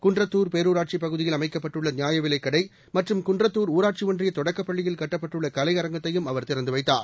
குன்றத்தூர் பேரூராட்சிப் பகுதியில் அமைக்கப்பட்டுள்ள நியாயவிலைக் கடை மற்றும் குன்றத்தூர் ஊராட்சி ஒன்றிய தொடக்கப் பள்ளியில் கட்டப்பட்டுள்ள கலையரங்கத்தையும் அவர் திறந்து வைத்தார்